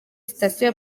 sitasiyo